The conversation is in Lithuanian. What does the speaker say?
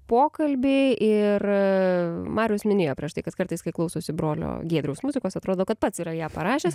pokalbį ir marius minėjo prieš tai kad kartais kai klausosi brolio giedriaus muzikos atrodo kad pats yra ją parašęs